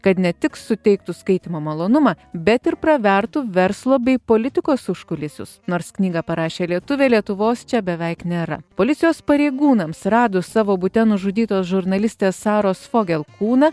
kad ne tik suteiktų skaitymo malonumą bet ir pravertų verslo bei politikos užkulisius nors knygą parašė lietuvė lietuvos čia beveik nėra policijos pareigūnams radus savo bute nužudytos žurnalistės saros fogel kūną